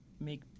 make